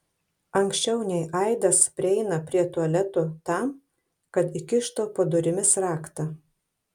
anksčiau nei aidas prieina prie tualeto tam kad įkištų po durimis raktą